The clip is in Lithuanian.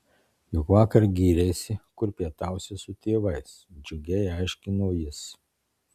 juk vakar gyreisi kur pietausi su tėvais džiugiai aiškino jis